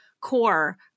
core